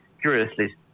curiously